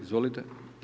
Izvolite.